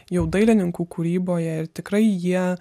jau dailininkų kūryboje ir tikrai jie